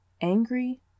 angry